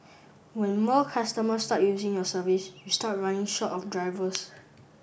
when more customers start using the service you start running short of drivers